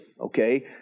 okay